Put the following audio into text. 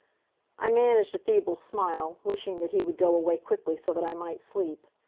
i managed a feeble smile, wishing that he would go away quickly, so that i might sleep.